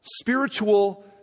spiritual